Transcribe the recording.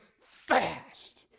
fast